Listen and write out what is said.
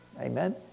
Amen